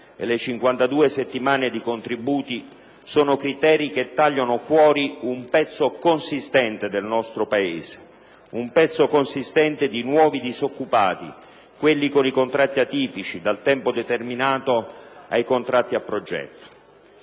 le 52 settimane di contributi sono criteri che tagliano fuori un pezzo consistente del nostro Paese, un pezzo consistente di nuovi disoccupati, quelli con i contratti atipici, dal tempo determinato ai contratti a progetto.